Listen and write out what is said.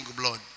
blood